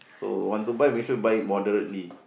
so want to buy make sure buy moderately